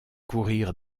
courir